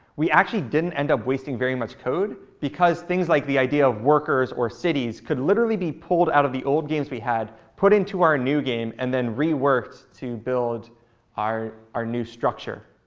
we actually didn't end up wasting very much code, because things like the idea of workers or cities could literally be pulled out of the old games we had, put into our new game, and then reworked to build our our new structure.